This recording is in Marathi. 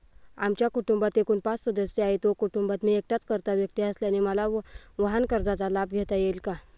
आमच्या कुटुंबात एकूण पाच सदस्य आहेत व कुटुंबात मी एकटाच कर्ता व्यक्ती असल्याने मला वाहनकर्जाचा लाभ घेता येईल का?